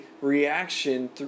reaction